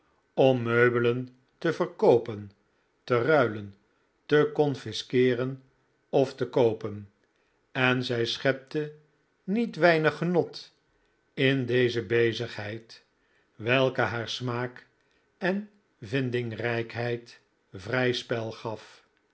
om meubelen te verkoopen te ruilen te confisceeren of te koopen en zij schepte niet weinig genot in deze bezigheid welke haar smaak en vindingrijkheid vrij spel gaf